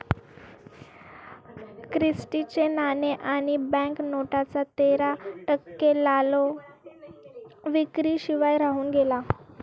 Christie चे नाणे आणि बँक नोटांचा तेरा टक्के लिलाव विक्री शिवाय राहून गेला